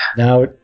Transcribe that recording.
Now